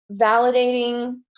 validating